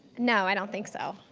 no, i don't think so.